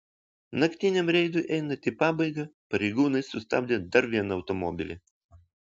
naktiniam reidui einant į pabaigą pareigūnai sustabdė dar vieną automobilį